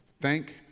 thank